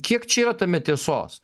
kiek čia yra tame tiesos